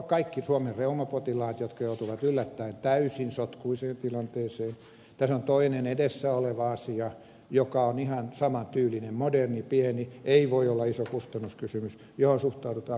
kaikki suomen reumapotilaat jotka joutuivat yllättäin täysin sotkuiseen tilanteeseen ja tässä on toinen edessä oleva asia joka on ihan saman tyylinen moderni pieni ei voi olla iso kustannuskysymys johon suhtaudutaan kielteisesti